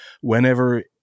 whenever